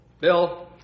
Bill